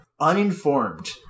uninformed